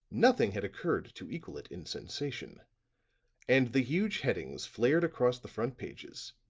nothing had occurred to equal it in sensation and the huge headings flared across the front pages,